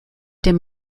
dem